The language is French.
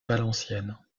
valenciennes